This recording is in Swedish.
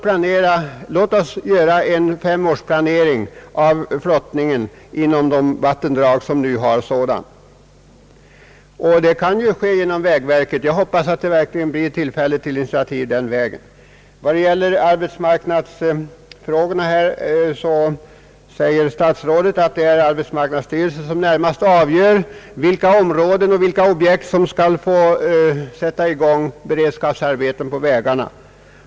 Låt oss göra en femårsplanering för flottningen i de vattendrag som nu har flottning. Det kan ju ske genom vägverket, och jag hoppas att det blir tillfälle till initiativ på den vägen. Beträffande arbetsmarknadsfrågorna säger statsrådet att det är arbetsmarknadsstyrelsen som närmast avgör för vilka områden och med vilka objekt man skall få starta beredskapsarbeten på vägarna.